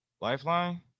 Lifeline